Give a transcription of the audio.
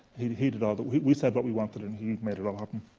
he did he did all the we said what we wanted, and he made it all happen.